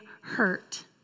hurt